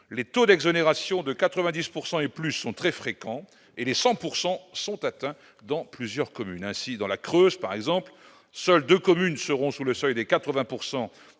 les taux d'exonération de 90 pourcent et plus sont très fréquents et les 100 pourcent sont atteints dans plusieurs communes, ainsi, dans la Creuse, par exemple, seules 2 communes seront sous le seuil des 80